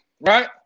right